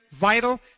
vital